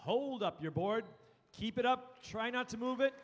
hold up your board keep it up try not to move it